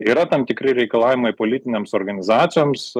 yra tam tikri reikalavimai politinėms organizacijoms